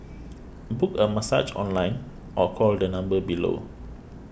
book a massage online or call the number below